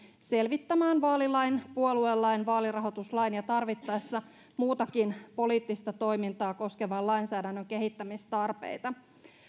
selvittämään vaalilain puoluelain vaalirahoituslain ja tarvittaessa muutakin poliittista toimintaa koskevan lainsäädännön kehittämistarpeita